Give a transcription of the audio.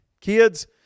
Kids